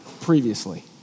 previously